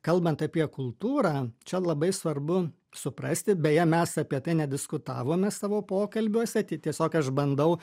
kalbant apie kultūrą čia labai svarbu suprasti beje mes apie tai nediskutavome savo pokalbiuose tai tiesiog aš bandau